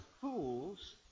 fools